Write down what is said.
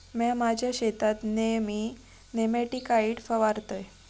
म्या माझ्या शेतात नेयमी नेमॅटिकाइड फवारतय